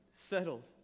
Settled